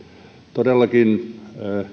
todellakin